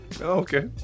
Okay